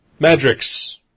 Madrix